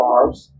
Arms